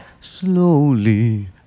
Slowly